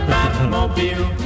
Batmobile